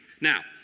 Now